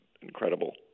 incredible